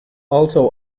also